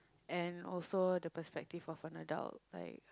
and also the perspective of an adult like